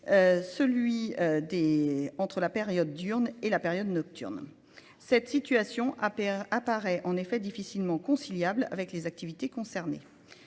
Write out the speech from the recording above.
celui entre la période d'urne et la période nocturne. Cette situation apparaît en effet difficilement conciliable avec les activités concernées.